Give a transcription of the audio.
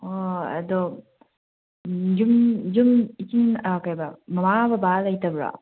ꯑꯣ ꯑꯗꯣ ꯀꯩꯑꯕ ꯃꯃꯥ ꯕꯕꯥ ꯂꯩꯇꯕ꯭ꯔ